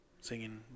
Singing